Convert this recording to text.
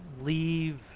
leave